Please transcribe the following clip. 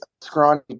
scrawny